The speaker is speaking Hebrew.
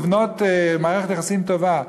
לבנות מערכת יחסים טובה.